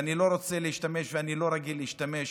ואני לא רוצה להשתמש ואני לא רגיל להשתמש